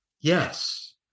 yes